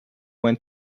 went